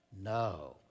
No